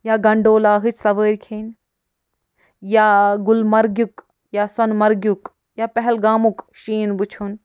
یا گنڈولاہٕچ سوٲرۍ کھینۍ یا گلمرگِیُک یا سۄنہٕ مرگیُک یا پہلگامُک شیٖن وٕچھُن